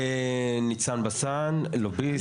ניצן בסן, לוביסט.